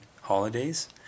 holidays